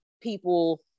people